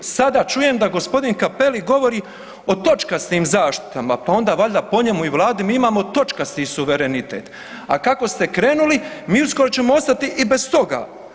Sada čujem da g. Cappelli govori o točkastim zaštitama, pa onda valjda po njemu i vladi mi imamo točkasti suverenitet, a kako ste krenuli mi uskoro ćemo ostati i bez toga.